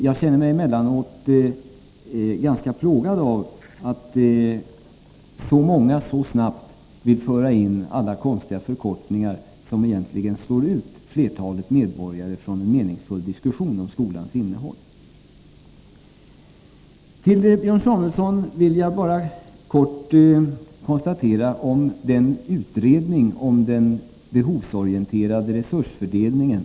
Jag känner mig emellanåt ganska plågad av att så många så snabbt vill införa alla konstiga förkortningar, som egentligen slår ut flertalet medborgare från en meningsfull diskussion om skolans innehåll. Björn Samuelson tog upp utredningen om den behovsorienterade resursfördelningen.